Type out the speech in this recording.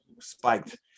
spiked